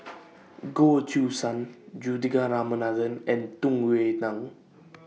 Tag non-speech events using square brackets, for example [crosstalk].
[noise] Goh Choo San Juthika Ramanathan and Tung Yue Nang